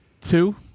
Two